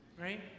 right